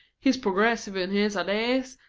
he's progressive in his idees,